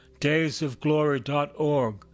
daysofglory.org